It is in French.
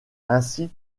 ainsi